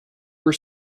were